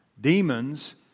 demons